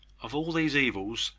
of all these evils,